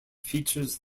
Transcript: features